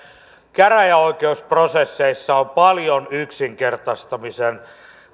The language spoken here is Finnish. käräjäoikeusprosesseissa on paljon yksinkertaistamisen